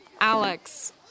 Alex